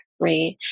Right